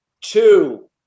two